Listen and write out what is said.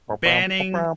banning